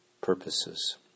purposes